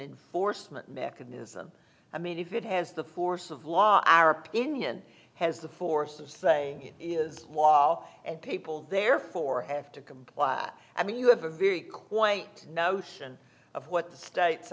force mechanism i mean if it has the force of law our opinion has the force of saying it is law and people therefore have to comply i mean you have a very quite notion of what the states